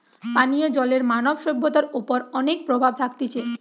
পানীয় জলের মানব সভ্যতার ওপর অনেক প্রভাব থাকতিছে